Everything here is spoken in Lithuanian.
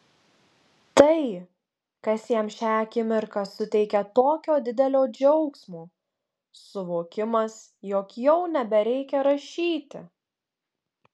tai kas jam šią akimirką suteikia tokio didelio džiaugsmo suvokimas jog jau nebereikia rašyti